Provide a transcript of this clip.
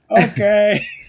Okay